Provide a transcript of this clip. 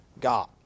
God